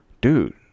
dude